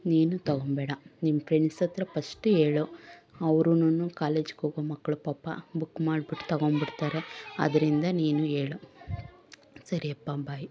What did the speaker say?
ನೀನು ತೊಗೊಳ್ಬೇಡ ನಿನ್ನ ಫ್ರೆಂಡ್ಸತ್ರ ಫಸ್ಟ್ ಹೇಳು ಅವ್ರೂನು ಕಾಲೇಜ್ಗೋಗೋ ಮಕ್ಕಳು ಪಾಪ ಬುಕ್ ಮಾಡ್ಬಿಟ್ಟು ತೊಗೊಂಡ್ಬಿಡ್ತಾರೆ ಆದ್ದರಿಂದ ನೀನು ಹೇಳು ಸರಿಯಪ್ಪ ಬಾಯ್